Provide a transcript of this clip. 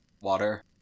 water